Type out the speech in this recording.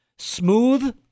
Smooth